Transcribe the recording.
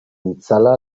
itzala